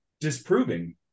disproving